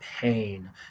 pain